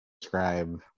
describe